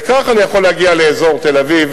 וכך אני יכול להגיע לאזור תל-אביב,